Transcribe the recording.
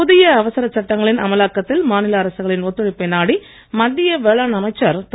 புதிய அவசர சட்டங்களின் அமலாக்கத்தில் மாநில அரசுகளின் ஒத்துழைப்பை நாடி மத்திய வேளாண் அமைச்சர் திரு